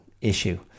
issue